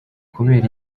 kubera